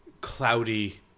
cloudy